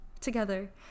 Together